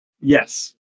Yes